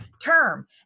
term